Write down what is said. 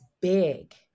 big